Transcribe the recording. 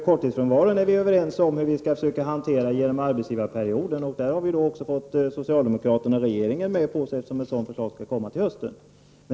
Korttidsfrånvaron är vi överens om att försöka hantera genom arbetsgivarperioden, och där har vi också fått socialdemokraterna och regeringen med oss, eftersom ett sådant förslag skall komma till hösten.